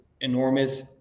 enormous